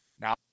now